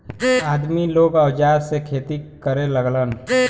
आदमी लोग औजार से खेती करे लगलन